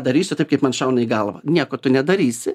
darysiu taip kaip man šauna į galvą nieko tu nedarysi